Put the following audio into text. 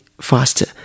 faster